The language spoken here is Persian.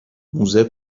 موزه